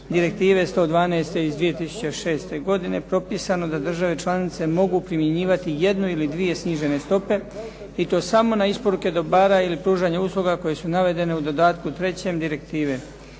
Direktive 112. iz 2006. godine propisano da države članice mogu primjenjivati jednu ili dvije snižene stope i to samo na isporuke dobara ili pružanje usluga koje su navedene u dodatku 3. direktive.